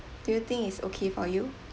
do you think it's okay for you